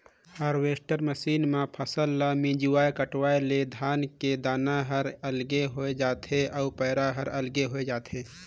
harvester machine म फसल ल मिंजवाय कटवाय ले धान के दाना हर अलगे होय जाथे अउ पैरा हर अलगे होय जाथे